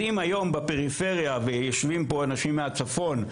אם היום בפריפריה, ויושבים פה אנשים מהצפון.